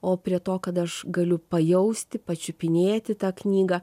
o prie to kad aš galiu pajausti pačiupinėti tą knygą